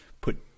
put